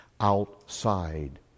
outside